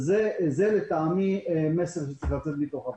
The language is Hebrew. זה, לטעמי, המסר שצריך לצאת מהוועדה.